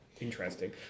Interesting